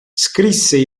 scrisse